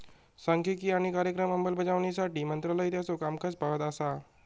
सांख्यिकी आणि कार्यक्रम अंमलबजावणी मंत्रालय त्याचो कामकाज पाहत असा